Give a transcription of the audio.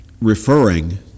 referring